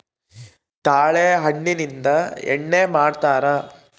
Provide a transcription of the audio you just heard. ತಾಳೆ ಹಣ್ಣಿಂದ ಎಣ್ಣೆ ಮಾಡ್ತರಾ